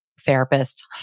therapist